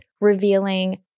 revealing